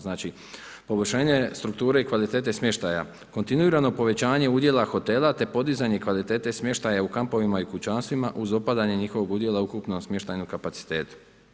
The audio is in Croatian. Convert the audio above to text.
Znači poboljšanje strukture i kvalitete smještaja, kontinuirano povećanje udjela hotela te podizanje kvalitete smještaja u kampovima i kućanstvima uz opadanje njihovog udjela u ukupnom smještajnom kapacitetu.